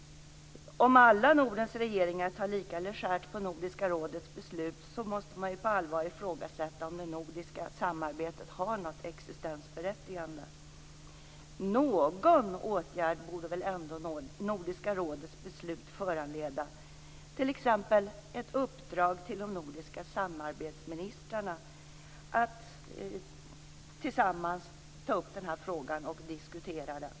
Om alla Nordens regeringar tar lika legärt på Nordiska rådets beslut måste man ju på allvar ifrågasätta om det nordiska samarbetet har något existensberättigande. Någon åtgärd borde väl ändå Nordiska rådets beslut föranleda, t.ex. ett uppdrag till de nordiska samarbetsministrarna att tillsammans ta upp den här frågan och diskutera den.